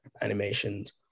animations